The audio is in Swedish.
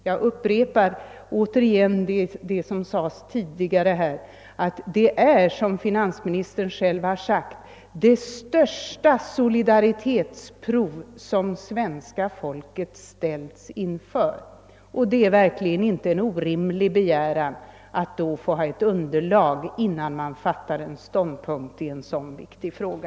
Jag upprepar åter det som tidigare anfördes här, att det är som finansministern själv har sagt, nämligen att detta förslag är det största solidaritetsprov som svenska folket har ställts inför. Det är verkligen inte en orimlig begäran att kräva ett faktaunderlag, innan man intar en ståndpunkt i en så viktig fråga.